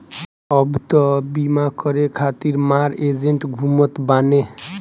अब तअ बीमा करे खातिर मार एजेन्ट घूमत बाने